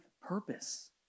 purpose